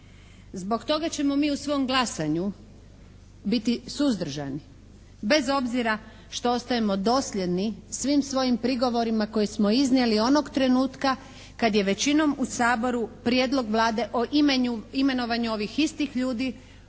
Zbog toga ćemo mi u svom glasanju biti suzdržani. Bez obzira što ostajemo dosljedni svim svojim prigovorima koje smo iznijeli onog trenutka kad je većinom u Saboru prijedlog Vlade o imenovanju ovih istih ljudi